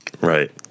Right